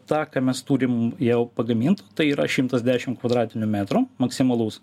tą ką mes turim jau pagaminto tai yra šimtas dešim kvadratinių metrų maksimalus